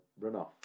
runoff